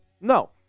No